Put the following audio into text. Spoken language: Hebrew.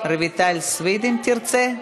רויטל סויד, אם תרצה.